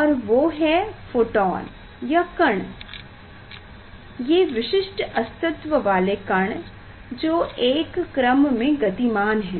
और वो है फोटोन या कण ये विशिष्ट अस्तित्व वाले कण जो एक क्रम में गतिमान हैं